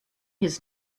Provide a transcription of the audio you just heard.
his